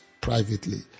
privately